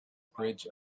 bridge